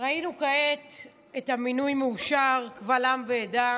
ראינו כעת את המינוי מאושר קבל עם ועדה.